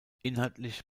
inhaltlich